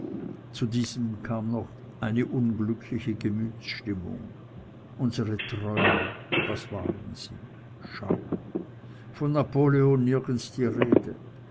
zu diesem kam noch eine unglückliche gemütsstimmung unsere träume was waren sie schaum von napoleon nirgends die rede